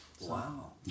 wow